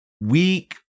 weak